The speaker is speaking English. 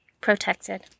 Protected